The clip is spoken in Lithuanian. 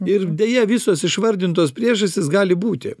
ir deja visos išvardintos priežastys gali būti